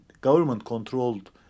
government-controlled